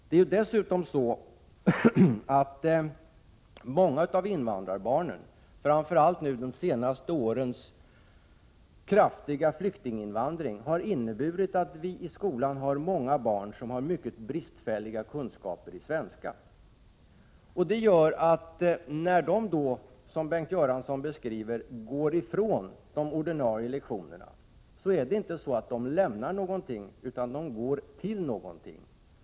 De senaste årens kraftiga flyktinginvandring har inneburit att vi har många barn i skolan som har mycket bristfälliga kunskaper i svenska. När de barnen, som Bengt Göransson beskriver det, går ifrån de ordinarie lektionerna lämnar de inte något utan de går till något.